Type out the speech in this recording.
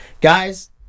Guys